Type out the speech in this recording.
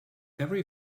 every